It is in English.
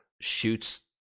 shoots